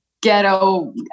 ghetto